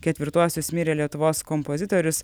ketvirtuosius mirė lietuvos kompozitorius